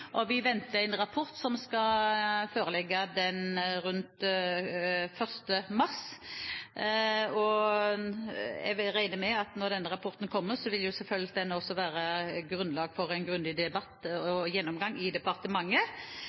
og vi venter en rapport som skal foreligge rundt 1. mars. Jeg regner med at når den rapporten kommer, vil den selvfølgelig være grunnlag for en grundig debatt og gjennomgang i departementet.